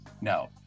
No